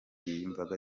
y’imyuga